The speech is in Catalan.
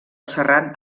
serrat